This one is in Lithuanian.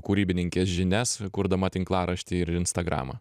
kūrybininkės žinias kurdama tinklaraštį ir instagramą